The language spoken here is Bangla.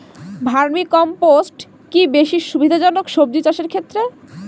ভার্মি কম্পোষ্ট কি বেশী সুবিধা জনক সবজি চাষের ক্ষেত্রে?